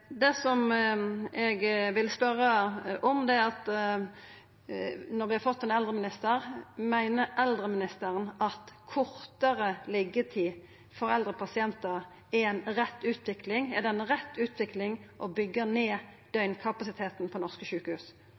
inne på. Eg vil spørja om følgjande: Når vi no har fått ein eldreminister, meiner eldreministeren at kortare liggjetid for eldre pasientar er ei rett utvikling? Er det ei rett utvikling å byggja ned døgnkapasiteten på norske sjukehus?